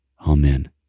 Amen